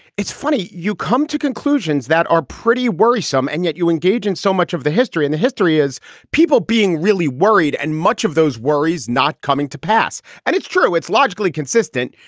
it's funny you come to conclusions that are pretty worrisome and yet you engage in so much of the history. and the history is people being really worried and much of those worries not coming to pass. and it's true. it's logically consistent.